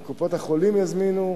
ואם קופות-החולים יזמינו.